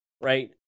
Right